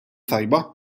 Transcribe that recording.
tajba